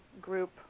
group